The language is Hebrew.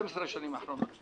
12 השנים האחרונות,